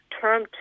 term